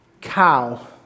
cow